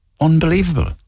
unbelievable